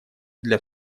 для